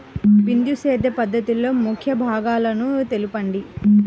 బిందు సేద్య పద్ధతిలో ముఖ్య భాగాలను తెలుపండి?